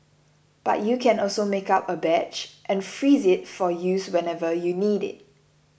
but you can also make up a batch and freeze it for use whenever you need it